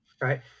right